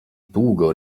długo